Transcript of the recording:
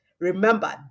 Remember